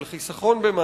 של חיסכון במים.